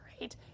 right